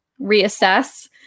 reassess